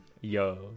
Yo